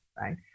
right